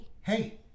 Hey